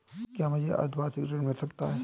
क्या मुझे अर्धवार्षिक ऋण मिल सकता है?